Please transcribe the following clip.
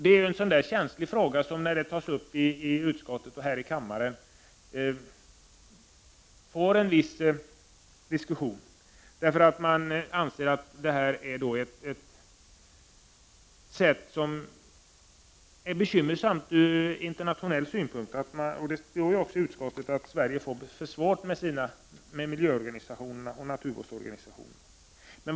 Det är ju en känslig fråga, som när den tas upp i utskottet och här i kammaren väcker en viss diskussion. Det anses vara bekymmersamt ur internationell synpunkt. Det står ju också i betänkandet att Sverige kan få svårigheter med sina miljöorganisationer och naturvårdsorganisationer.